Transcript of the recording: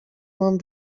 mam